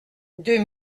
deux